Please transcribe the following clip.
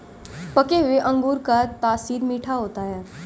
पके हुए अंगूर का तासीर मीठा होता है